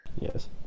Yes